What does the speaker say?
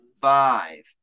five